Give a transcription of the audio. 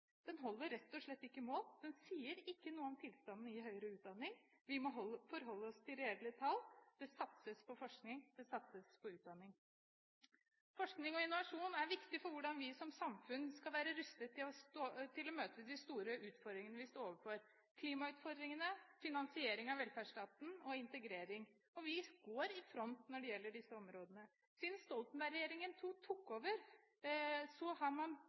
Den sier ikke noe om tilstanden i høyere utdanning. Vi må forholde oss til reelle tall. Det satses på forskning, det satses på utdanning. Forskning og innovasjon er viktig for hvordan vi som samfunn skal være rustet til å møte de store utfordringene vi står overfor – klimautfordringene, finansiering av velferdsstaten og integrering. Vi går i front når det gjelder disse områdene. Siden Stoltenberg II-regjeringen tok over, har man